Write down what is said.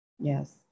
yes